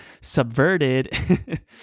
subverted